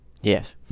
Yes